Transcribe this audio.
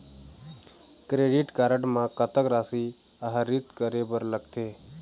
Credit card म कतक राशि आहरित करे बर लगथे?